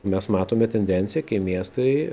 mes matome tendenciją kai miestai